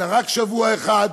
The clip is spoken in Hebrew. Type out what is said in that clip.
אלא רק שבוע אחד,